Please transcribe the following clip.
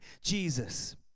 Jesus